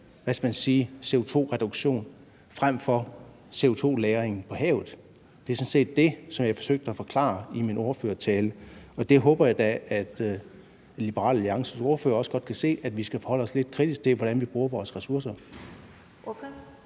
hvad skal man sige – CO2-reduktion frem for CO2-lagring på havet. Det er sådan set det, som jeg forsøgte at forklare i min ordførertale, og det håber jeg da Liberal Alliances ordfører også godt kan se, nemlig at vi skal forholde os lidt kritisk til, hvordan vi bruger vores ressourcer.